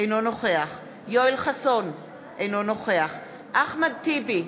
אינו נוכח יואל חסון, אינו נוכח אחמד טיבי,